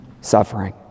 suffering